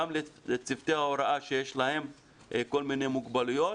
גם לצוותי ההוראה שיש להם כל מיני מוגבלויות,